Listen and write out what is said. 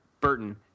Burton